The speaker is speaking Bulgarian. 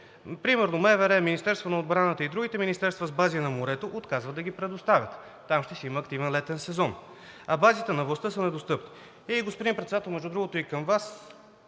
Примерно МВР, Министерството на отбраната и другите министерства с бази на морето отказват да ги предоставят. Там ще си има активен летен сезон, а базите на властта са недостъпни. Господин Председател, между другото, и към Вас,